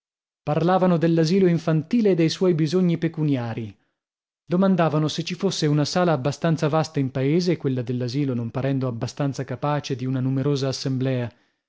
parlavano dell'asilo infantile e dei suoi bisogni pecuniarii domandavano se ci fosse una sala abbastanza vasta in paese quella dell'asilo non parendo abbastanza capace di una numerosa assemblea